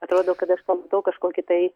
atrodo kad aš ten matau kažkokį tai